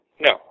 no